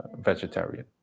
vegetarian